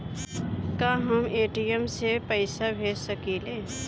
का हम ए.टी.एम से पइसा भेज सकी ले?